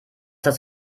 das